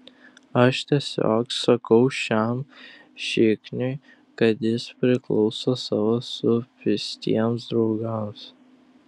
aš tiesiog sakau šiam šikniui kad jis priklauso savo supistiems draugams